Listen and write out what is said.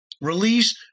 Release